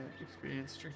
experience